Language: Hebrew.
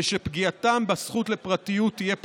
ושפגיעתם בזכות לפרטיות תהיה פחותה.